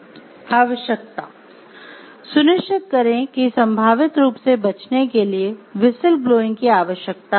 आवश्यकता सुनिश्चित करें कि संभावित रूप से बचने के लिए व्हिसिल ब्लोइंग की आवश्यकता है